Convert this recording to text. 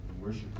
worship